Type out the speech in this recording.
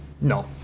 no